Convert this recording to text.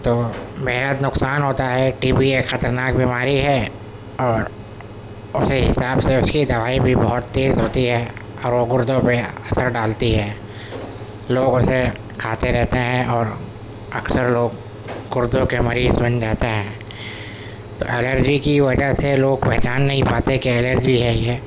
تو بے حد نقصان ہوتا ہے ٹی بی ایک خطرناک بیماری ہے اور اسی حساب سے اس کی دوائی بھی بہت تیز ہوتی ہے اور وہ گردوں پہ اثر ڈالتی ہے لوگ اسے کھاتے رہتے ہیں اور اکثر لوگ گردوں کے مریض بن جاتے ہیں تو الرجی کی وجہ سے لوگ پہچان نہیں پاتے کہ الرجی ہے یہ